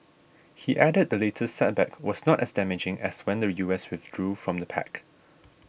he added the latest setback was not as damaging as when the U S withdrew from the pact